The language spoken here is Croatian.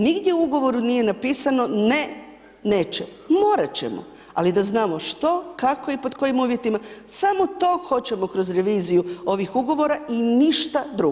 Nigdje u ugovoru nije napisano ne neće, morat ćemo, ali da znamo što, kako i pod kojim uvjetima, samo to hoćemo kroz reviziju ovih ugovora i ništa drugo.